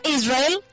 Israel